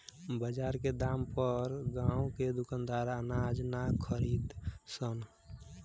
बजार के दाम पर गांव के दुकानदार अनाज ना खरीद सन